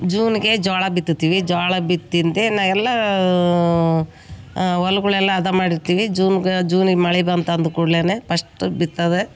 ಜೂನ್ಗೆ ಜೋಳ ಬಿತ್ತಿತಿವಿ ಜೋಳ ಬಿತ್ತಿಂದೇ ನಾ ಎಲ್ಲ ಹೊಲ್ಗುಳೆಲ್ಲ ಹದ ಮಾಡಿರ್ತಿವಿ ಜ್ಯೂನ್ಗ ಜ್ಯೂನಿಗೆ ಮಳೆ ಬಂತು ಅಂದ ಕೂಡ್ಲೆ ಪಸ್ಟ್ ಬಿತ್ತದೆ